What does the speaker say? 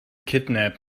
kidnap